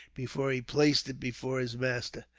before he placed it before his master.